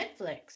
netflix